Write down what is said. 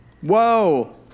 Whoa